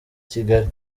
kigali